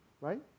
Right